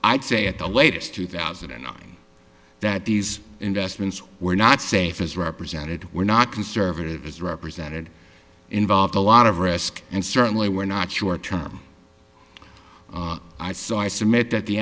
i say at the latest two thousand and nine that these investments were not safe as represented were not conservative as represented involved a lot of risk and certainly were not short term i so i submit that the